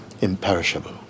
imperishable